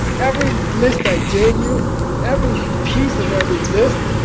every list i gave you every piece of every list.